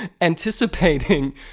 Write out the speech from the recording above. anticipating